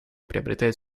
приобретает